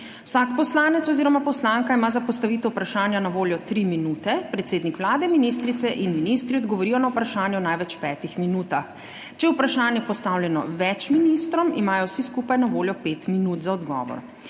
Vsak poslanec oziroma poslanka ima za postavitev vprašanja na voljo 3 minute, predsednik Vlade, ministrice in ministri odgovorijo na vprašanje v največ 5 minutah. Če je vprašanje postavljeno več ministrom, imajo vsi skupaj na voljo 5 minut za odgovor.